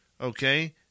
okay